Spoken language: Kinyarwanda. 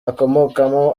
akomokamo